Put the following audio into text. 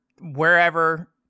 wherever